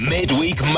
Midweek